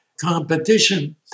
competition